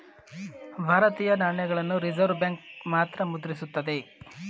ಭಾರತೀಯ ನಾಣ್ಯಗಳನ್ನ Reserve Bank ಮಾತ್ರ ಮುದ್ರಿಸುತ್ತದೆ